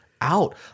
out